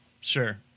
Sure